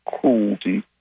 cruelty